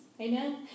amen